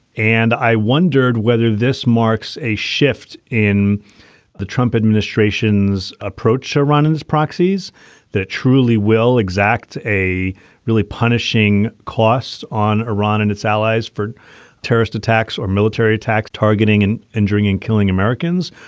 and i wondered whether this marks a shift in the trump administration's approach, iran and its proxies that truly will exact a really punishing cost on iran and its allies for terrorist attacks or military attack, targeting and injuring and killing americans,